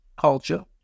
culture